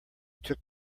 took